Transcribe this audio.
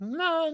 no